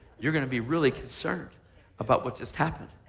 you're going to be really concerned about what just happened.